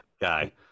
guy